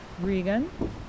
Regan